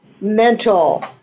mental